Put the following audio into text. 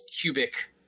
cubic